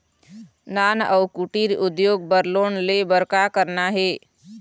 नान अउ कुटीर उद्योग बर लोन ले बर का करना हे?